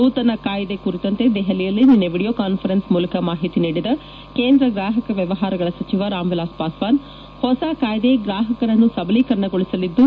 ನೂತನ ಕಾಯಿದೆ ಕುರಿತಂತೆ ದೆಹಲಿಯಲ್ಲಿ ನಿನ್ನೆ ವಿಡಿಯೋ ಕಾನ್ಫರೆನ್ಸ್ ಮೂಲಕ ಮಾಹಿತಿ ನೀಡಿದ ಕೇಂದ್ರ ಗ್ರಾಹಕ ವ್ಯವಹಾರಗಳ ಸಚಿವ ರಾಮ್ವಿಲಾಸ್ ಪಾಸ್ಟಾನ್ ಹೊಸ ಕಾಯ್ದೆ ಗ್ರಾಹಕರನ್ನು ಸಬಲೀಕರಣಗೊಳಿಸಲಿದ್ದು